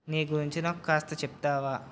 నీ గురించి నాకు కాస్త చెప్తావా